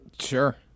Sure